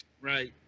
Right